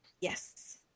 Yes